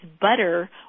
butter